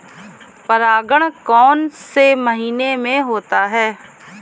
परागण कौन से महीने में होता है?